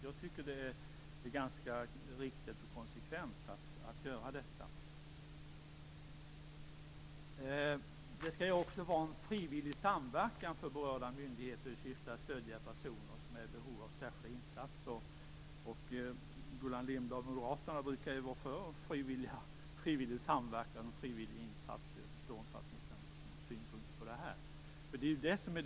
Jag tycker att det är riktigt och konsekvent att göra detta. Det skall också vara en frivillig samverkan för berörda myndigheter i syfte att stödja personer som är i behov av särskilda insatser. Gullan Lindblad! Moderaterna brukar ju vara för frivillig samverkan och frivilliga insatser. Jag förstår inte att ni kan ha synpunkter på det här.